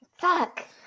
Fuck